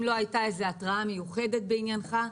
אם לא הייתה איזו התראה מיוחדת בעניינך,